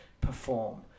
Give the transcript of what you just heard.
perform